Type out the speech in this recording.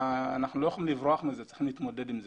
אנחנו לא יכולים לברוח מזה וצריך להתמודד עם זה.